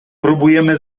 próbujemy